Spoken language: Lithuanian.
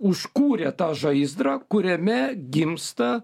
užkūrė tą žaizdrą kuriame gimsta